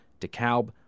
DeKalb